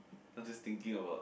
I just thinking about